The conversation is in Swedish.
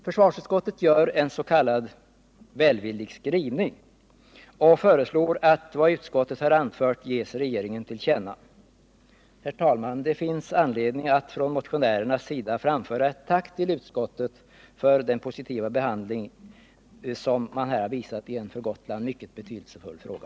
Försvarsutskottet gör en s.k. välvillig skrivning och föreslår att vad utskottet har anfört ges regeringen till känna. Herr talman! Det finns anledning att från motionärernas sida framföra ett tack till utskottet för den positiva behandling som man här har visat i en för Gotland mycket betydelsefull fråga.